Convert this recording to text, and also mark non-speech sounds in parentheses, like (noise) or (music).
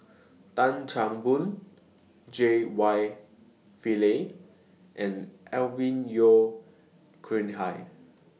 (noise) Tan Chan Boon J Y Pillay and Alvin Yeo Khirn Hai